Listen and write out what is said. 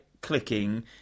clicking